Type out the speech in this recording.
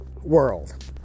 world